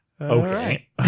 Okay